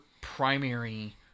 primary